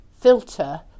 filter